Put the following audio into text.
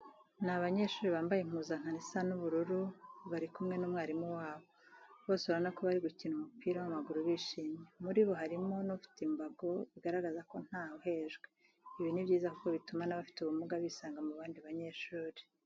Ni abanyeshuri bambaye impuzankano isa ubururu bari kumwe n'umwerimu wabo. Bose urabona ko bari gukina umupira w'amaguru bishimye. Muri bo harimo n'ufite imbago bigaragaza ko ntawe uhejwe. Ibi ni byiza kuko bituma n'abafite ubumuga bisanga mu bandi banyehuri.